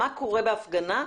מה קורה בהפגנה,